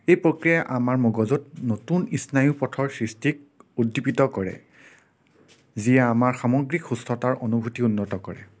এই প্ৰক্ৰিয়াই আমাৰ মগজুত নতুন স্নায়ু পথৰ সৃষ্টিত উদ্দীপিত কৰে যিয়ে আমাৰ সামগ্ৰীক সুস্থতাৰ অনুভূতি উন্নত কৰে